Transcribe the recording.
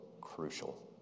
crucial